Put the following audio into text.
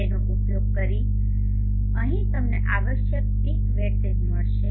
તેનો ઉપયોગ કરીને અહીં તમને આવશ્યક પીક વેટેજ મળશે